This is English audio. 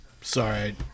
Sorry